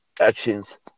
actions